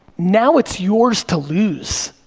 now it's yours to lose.